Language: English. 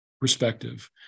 perspective